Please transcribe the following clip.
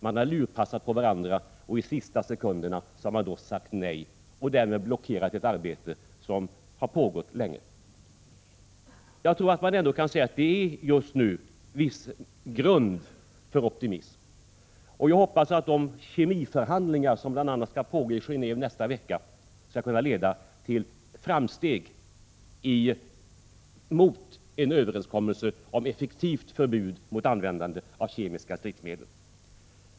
Man har lurpassat på varandra, och i sista sekunderna har man sagt nej och därmed blockerat ett arbete som pågått länge. Jag tror att man ändå kan säga att det just nu finns grund för optimism, och jag hoppas att de kemiförhandlingar som skall pågå i Genå&ve nästa vecka skall kunna leda till framsteg mot en överenskommelse om effektivt förbud mot användande av kemiska stridsmedel.